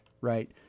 right